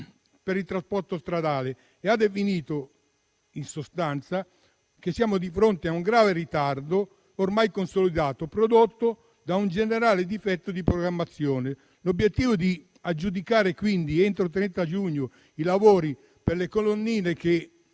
per il trasporto stradale e ha definito, in sostanza, che siamo di fronte a un grave ritardo, ormai consolidato, prodotto da un generale difetto di programmazione. L'obiettivo è di aggiudicare, quindi, entro il 30 giugno, i lavori per le colonnine per